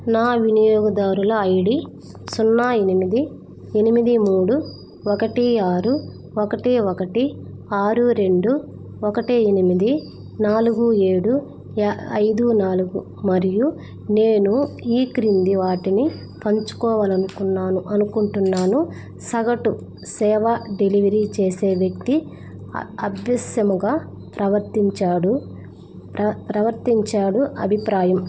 నా వినియోగదారుల ఐడి సున్నా ఎనిమిది ఎనిమిది మూడు ఒకటి ఆరు ఒకటీ ఒకటీ ఆరు రెండు ఒకటి ఎనిమిది నాలుగు ఏడు ఐదు నాలుగు మరియు నేను ఈ క్రింది వాటిని పంచుకోవాలని అనుకున్నాను అనుకుంటున్నాను సగటు సేవా డెలివరీ చేసే వ్యక్తి అసభ్యముగా ప్రవర్తించాడు ప్ర ప్రవర్తించాడు అభిప్రాయం